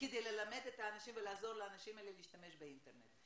כדי ללמד את האנשים ולעזור לאנשים האלה להשתמש באינטרנט,